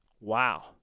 Wow